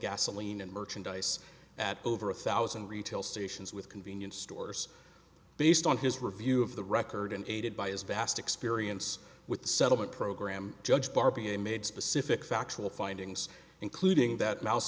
gasoline and merchandise at over a thousand retail stations with convenience stores based on his review of the record and aided by his vast experience with the settlement program judged barbie and made specific factual findings including that